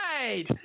right